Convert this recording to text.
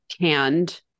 canned